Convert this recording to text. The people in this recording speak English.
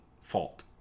fault